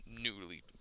newly